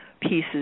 pieces